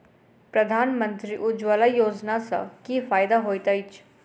प्रधानमंत्री उज्जवला योजना सँ की फायदा होइत अछि?